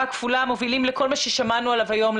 הכפולה מובילים לכל מה ששמענו עליו היום,